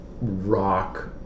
rock